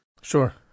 Sure